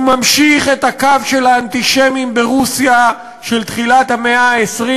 הוא ממשיך את הקו של האנטישמים ברוסיה של תחילת המאה ה-20,